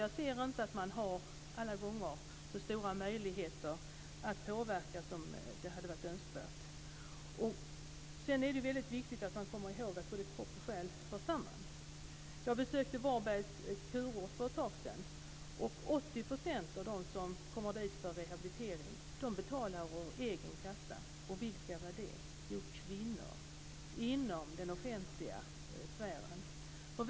Jag ser inte att man alla gånger har så stora möjligheter att påverka som hade varit önskvärt. Sedan är det viktigt att man kommer ihåg att både kropp och själ hänger samman. Jag besökte Varbergs kurort för ett tag sedan. 80 % av dem som kommer dit för rehabilitering betalar ur egen kassa. Och vilka är det? Jo, kvinnor inom den offentliga sfären.